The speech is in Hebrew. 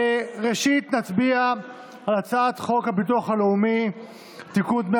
ראשית נצביע על הצעת חוק הביטוח הלאומי (תיקון,